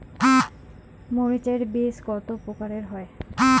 মরিচ এর বীজ কতো প্রকারের হয়?